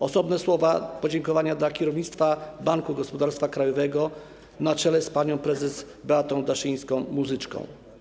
Osobne słowa podziękowania mam dla kierownictwa Banku Gospodarstwa Krajowego na czele z panią prezes Beatą Daszyńską-Muzyczką.